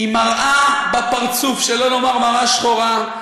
עם מראה מול הפרצוף, שלא לומר מראה שחורה,